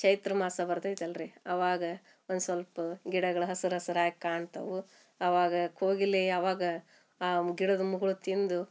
ಚೈತ್ರ ಮಾಸ ಬರ್ತೈತಿ ಅಲ್ರಿ ಆವಾಗ ಒಂದು ಸೊಲ್ಪ ಗಿಡಗಳು ಹಸ್ರು ಹಸ್ರಾಗಿ ಕಾಣ್ತವು ಅವಾಗ ಕೋಗಿಲೆ ಅವಾಗ ಆ ಗಿಡದ ಮುಗುಳ ತಿಂದು